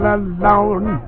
alone